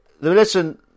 Listen